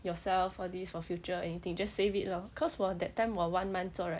yourself for this for future or anything just save it lor cause 我 that time 我 one month 做 right